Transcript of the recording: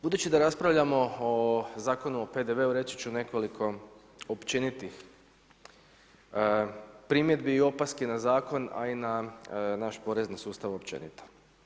Budući da raspravljamo o Zakonu o PDV-u reći ću nekoliko općenitih primjedbi i opaski na zakon a i na naš porezni sustav općenito.